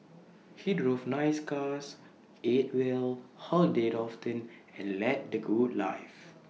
he drove nice cars ate well holidayed often and led the good life